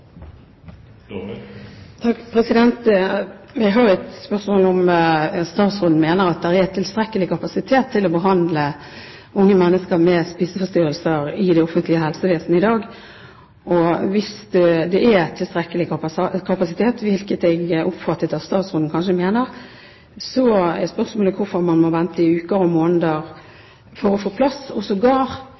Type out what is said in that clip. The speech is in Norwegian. har et spørsmål: Mener statsråden at det er tilstrekkelig kapasitet til å behandle unge mennesker med spiseforstyrrelser i det offentlige helsevesen i dag? Hvis det er tilstrekkelig kapasitet, hvilket jeg oppfattet at statsråden kanskje mener, så er spørsmålet: Hvorfor må man vente i uker og måneder for å få plass? Sågar